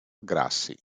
grassi